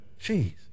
jeez